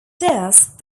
disk